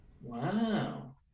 Wow